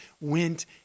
went